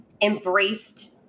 embraced